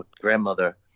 grandmother